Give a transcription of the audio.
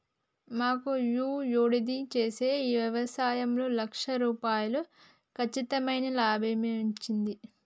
మాకు యీ యేడాది చేసిన యవసాయంలో లక్ష రూపాయలు కచ్చితమైన లాభమచ్చింది